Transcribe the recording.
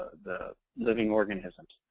the living organisms.